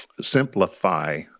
simplify